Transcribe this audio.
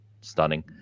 stunning